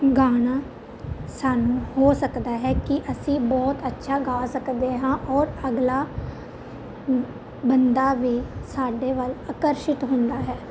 ਗਾਣਾ ਸਾਨੂੰ ਹੋ ਸਕਦਾ ਹੈ ਕਿ ਅਸੀਂ ਬਹੁਤ ਅੱਛਾ ਗਾ ਸਕਦੇ ਹਾਂ ਔਰ ਅਗਲਾ ਬੰਦਾ ਵੀ ਸਾਡੇ ਵੱਲ ਆਕਰਸ਼ਿਤ ਹੁੰਦਾ ਹੈ